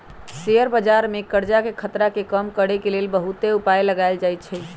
share बजार में करजाके खतरा के कम करए के लेल बहुते उपाय लगाएल जाएछइ